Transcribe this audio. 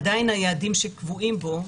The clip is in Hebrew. עדיין היעדים שקבועים בו,